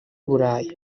burayi